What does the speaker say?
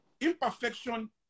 Imperfection